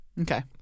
Okay